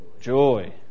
joy